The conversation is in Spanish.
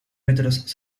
metros